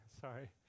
sorry